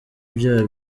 bya